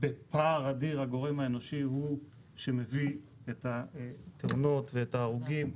בפער אדיר הגורם האנושי הוא שמביא את התאונות ואת ההרוגים,